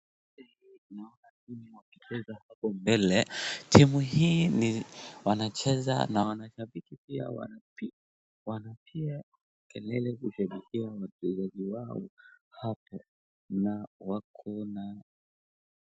Picha hii naona wanaume wakicheza hapo mbele, timu hii ni wanacheza na wanashabiki pia wanapiga kelele kusherekea wachezaji wao hapo na wako na.